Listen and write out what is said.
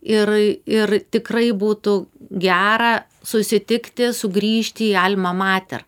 ir ir tikrai būtų gera susitikti sugrįžt į alma mater